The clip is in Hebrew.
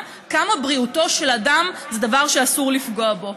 כמה בריאותו של אדם זה דבר שאסור לפגוע בו.